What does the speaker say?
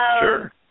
Sure